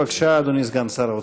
בבקשה, אדוני סגן שר האוצר.